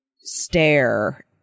stare